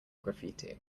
graffiti